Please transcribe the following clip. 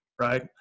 right